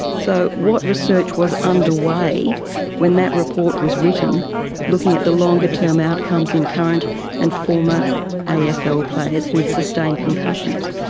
so what research was underway when that report was written looking at the longer term outcomes in current and former afl ah so players who had sustained concussions?